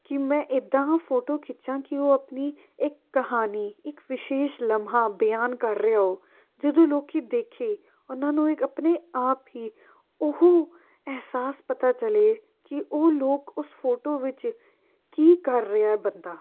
ਕਿ ਮੈਂ ਇੱਦਾਂ ਫੋਟੋ ਖਿੱਚਾਂ ਕਿ ਉਹ ਆਪਣੀ ਇੱਕ ਕਹਾਣੀ ਇੱਕ ਵਿਸ਼ੇਸ਼ ਲਮਹਾ ਬਿਆਨ ਕਰ ਰਿਹਾ ਹੋ ਜਦੋਂ ਲੋਕ ਦੇਖੇ ਉਹਨਾਂ ਨੂੰ ਇੱਕ ਆਪਣੇ ਆਪ ਹੀ ਉਹ ਅਹਿਸਾਸ ਪਤਾ ਚੱਲੇ ਕਿ ਉਹ ਲੋਕ ਉਸ ਫੋਟੋ ਵਿੱਚ ਕੀ ਕਰ ਰਿਹਾ ਬੰਦਾ